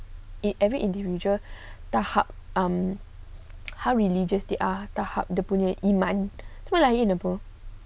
it every individual tahap um how religious they are tahap dia punya iman it's more like eat in the bowl